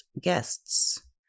guests